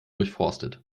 durchforstet